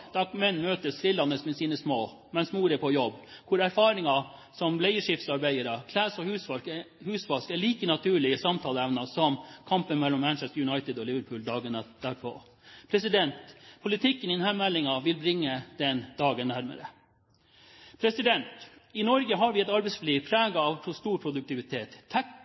da må vi på banen – vi menn må tørre og ikke minst ville snakke om likestilling og familiepolitikk. Det kommer nok en dag hvor menn møtes trillende med sine små mens mor er på jobb, hvor erfaringer som bleieskiftarbeidere, klesvask og husvask er like naturlige samtaleemner som kampen mellom Manchester United og Liverpool dagen derpå. Politikken i denne meldingen vil bringe den dagen nærmere. I Norge har vi et arbeidsliv